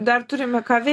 dar turime ką vei